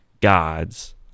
gods